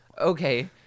okay